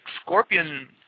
scorpion